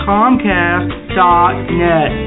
Comcast.net